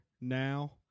now